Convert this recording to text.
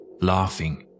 laughing